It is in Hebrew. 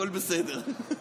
הכול בסדר.